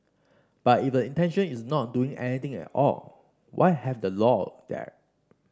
but if the intention is not do anything at all why have the law there